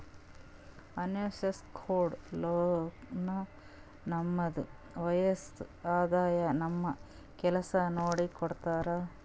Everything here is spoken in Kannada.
ಅನ್ಸೆಕ್ಯೂರ್ಡ್ ಲೋನ್ ನಮ್ದು ವಯಸ್ಸ್, ಆದಾಯ, ನಮ್ದು ಕೆಲ್ಸಾ ನೋಡಿ ಕೊಡ್ತಾರ್